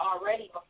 already